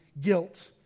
guilt